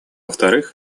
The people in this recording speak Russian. вторых